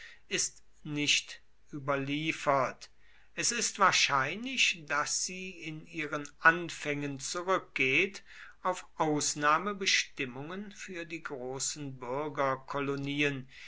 ist nicht überliefert es ist wahrscheinlich daß sie in ihren anfängen zurückgeht auf ausnahmebestimmungen für die großen